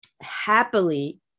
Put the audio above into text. happily